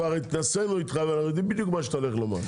כבר התנסינו איתך ואנחנו יודעים בדיוק מה שאתה הולך לומר.